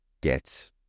get